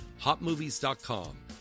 HotMovies.com